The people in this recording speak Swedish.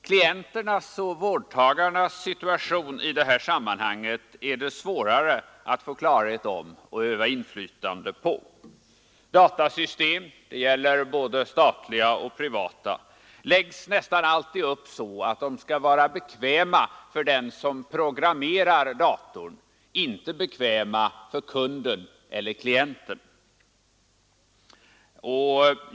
Klienternas och vårdtagarnas situation i detta sammanhang är det svårare att få klarhet om och öva inflytande på. Datasystem, både statliga och privata, läggs nästan alltid upp så att de skall vara bekväma för dem som programmerar datorerna, inte för kunden eller klienten.